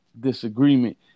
disagreement